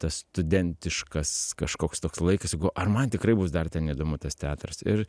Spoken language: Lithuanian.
tas studentiškas kažkoks toks laikas ar man tikrai bus dar ten įdomu tas teatras ir